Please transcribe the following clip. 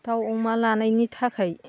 दाउ अमा लानायनि थाखाय